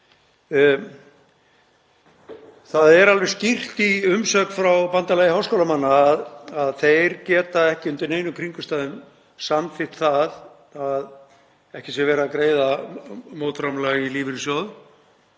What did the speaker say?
Það er alveg skýrt í umsögn frá Bandalagi háskólamanna að þeir geta ekki undir neinum kringumstæðum samþykkt að ekki sé verið að greiða mótframlag í lífeyrissjóð.